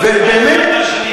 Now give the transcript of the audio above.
עם הפסקה של ארבע שנים.